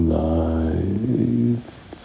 life